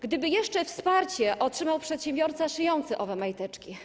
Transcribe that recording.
Gdyby jeszcze wsparcie otrzymał przedsiębiorca szyjący owe majteczki.